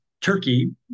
Turkey